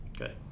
Okay